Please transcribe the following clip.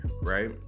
right